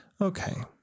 okay